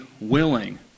willing